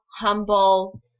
humble